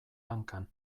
lankan